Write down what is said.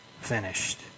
finished